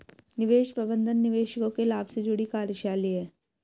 निवेश प्रबंधन निवेशकों के लाभ से जुड़ी कार्यशैली है